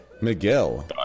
Miguel